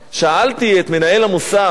שאלתי את מנהל המוסד,